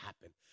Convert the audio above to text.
happen